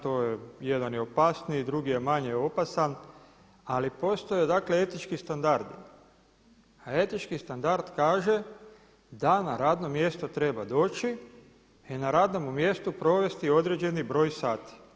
To jedan je opasniji, drugi je manje opasan ali postoje dakle etički standardi, a etički standard kaže da na radno mjesto treba doći i na radnomu mjestu provesti određeni broj sati.